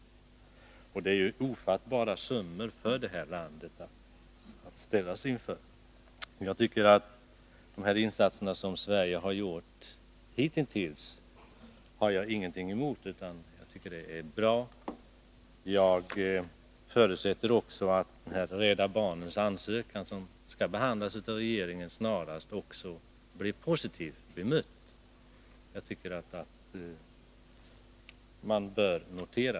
Således rör det sig här om ofattbara summor för landet. De insatser som Sverige hitintills har gjort har jag ingenting emot, utan jag tycker att de är bra. Vidare förutsätter jag att Rädda barnens ansökan, som skall behandlas av regeringen snarast, också blir positivt bemött.